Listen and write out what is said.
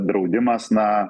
draudimas na